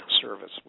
service